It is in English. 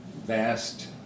vast